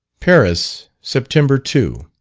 paris, september two.